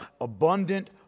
abundant